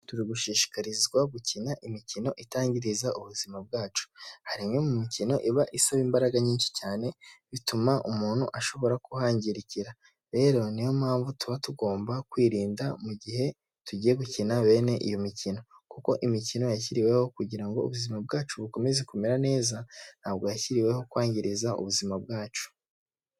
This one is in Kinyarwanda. Turi gushishikarizwa gukina imikino itangizariza ubuzima bwacu, hari imwe mu mikino iba isaba imbaraga nyinshi cyane bituma umuntu ashobora kuhangirikira, rero niyo mpamvu tuba tugomba kwirinda mu gihe tugiye gukina bene iyo mikino, kuko imikino yashyiriweho kugira ubuzima bwacu bukomeze kumera neza, ntabwo yashyiriweho kwangiriza ubuzima bwacu.